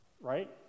right